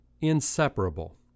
inseparable